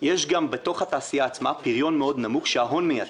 יש גם בתוך התעשייה עצמה פריון מאוד נמוך שההון מייצר,